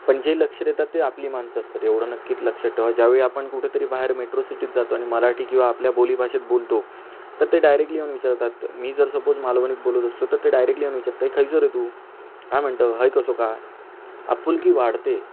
पण जे लक्ष देतात ते आपली माणसं असतात एवढं नक्कीच लक्षात ठेवा ज्यावेळी आपण कुठेतरी बाहेर मेट्रो सिटीत जातो आणि मराठी किंवा आपल्या बोलीभाषेत बोलतो तर ते डायरेकली येऊन विचारतात मी जर सपोज मालवणीत बोलत असलो तर ते डायरेकली येऊन विचारतात ए खयचो रे तू काय म्हणतं हय कसा का आपुलकी वाढते